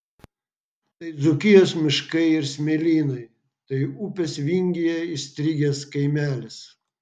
tai dzūkijos miškai ir smėlynai tai upės vingyje įstrigęs kaimelis